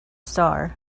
star